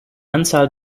anzahl